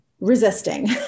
resisting